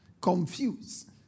Confused